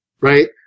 right